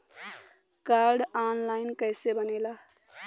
Card online कइसे बनेला?